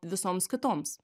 visoms kitoms